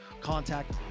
contact